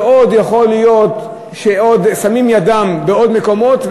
ועוד יכול להיות ששמים ידם בעוד מקומות,